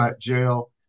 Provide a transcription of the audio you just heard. jail